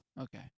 Okay